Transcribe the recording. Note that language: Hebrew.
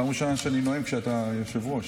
פעם ראשונה שאני נואם כשאתה יושב-ראש.